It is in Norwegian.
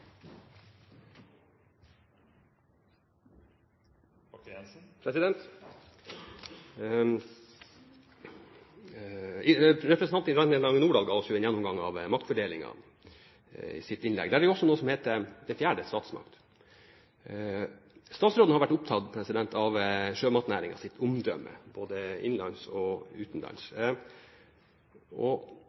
Representanten Irene Lange Nordahl ga oss en gjennomgang av maktfordelingen i sitt innlegg. Det er også noe som heter den fjerde statsmakt. Statsråden har vært opptatt av sjømatnæringens omdømme både innenlands og utenlands.